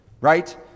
right